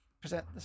Present